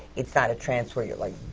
it's not a trance where you're like